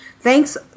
Thanks